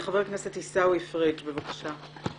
חבר הכנסת עיסאווי פריג', בבקשה.